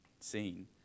seen